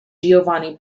giovanni